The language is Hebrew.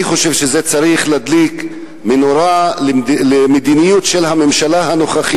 אני חושב שזה צריך להדליק מנורה לממשלה הנוכחית,